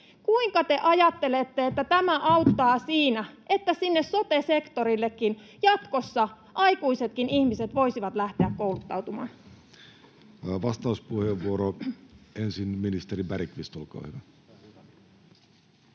Kuinka te ajattelette, että tämä auttaa siinä, että sinne sotesektorillekin jatkossa aikuisetkin ihmiset voisivat lähteä kouluttautumaan? [Speech 141] Speaker: Jussi Halla-aho